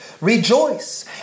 Rejoice